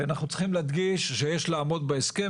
ואנחנו צריכים להדגיש שיש לעמוד בהסכם